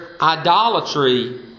idolatry